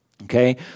Okay